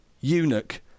eunuch